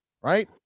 right